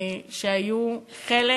שהיו חלק